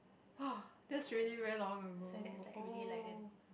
!wah! that's really very long ago oh